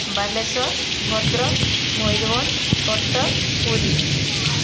Balasore Bhadrak Mayurbhanj Cuttack Puri